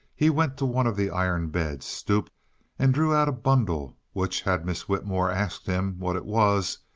he went to one of the iron beds, stooped and drew out a bundle which, had miss whitmore asked him what it was,